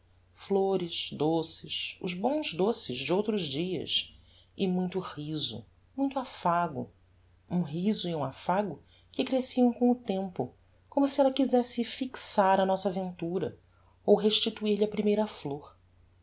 flores doces os bons doces de outros dias e muito riso muito affago um riso e um affago que cresciam com o tempo como se ella quizesse fixar a nossa aventura ou restituir lhe a primeira flor